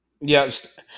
Yes